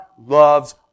loves